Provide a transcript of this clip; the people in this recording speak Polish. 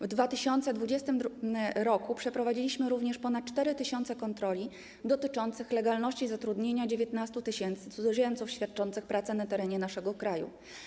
W 2020 r. przeprowadziliśmy również ponad 4 tys. kontroli dotyczących legalności zatrudnienia 19 tys. cudzoziemców świadczących pracę na terenie naszego kraju.